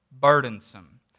burdensome